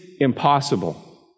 impossible